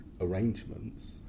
arrangements